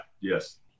yes